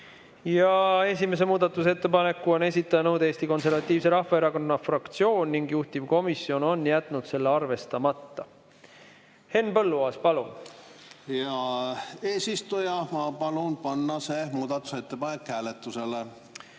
jah. Esimese muudatusettepaneku on esitanud Eesti Konservatiivse Rahvaerakonna fraktsioon ning juhtivkomisjon on jätnud selle arvestamata. Henn Põlluaas, palun! Hea eesistuja! Ma palun panna see muudatusettepanek hääletusele.